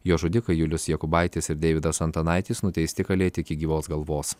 jos žudikai julius jakubaitis ir deividas antanaitis nuteisti kalėti iki gyvos galvos